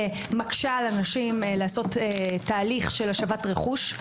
שמקשה על אנשים לעשות תהליך של השבת רכוש.